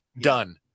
done